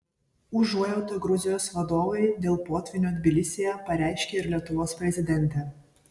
užuojautą gruzijos vadovui dėl potvynio tbilisyje pareiškė ir lietuvos prezidentė